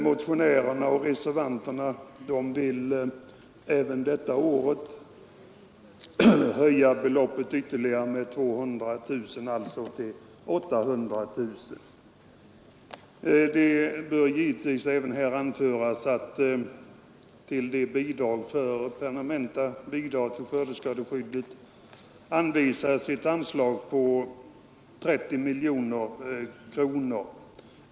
Motionärerna och reservanterna vill detta år höja beloppet med ytterligare 200 000 kronor, alltså till 800 000 kronor. Det bör anföras att till bidrag för permanent skördeskadeskydd anvisats ett belopp på 30 miljoner kronor.